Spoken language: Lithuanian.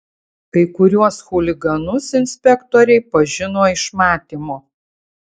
kai kuriuos chuliganus inspektoriai pažino iš matymo